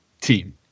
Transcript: team